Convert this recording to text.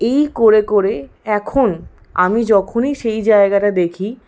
এই করে করে এখন আমি যখনই সেই জায়গাটা দেখি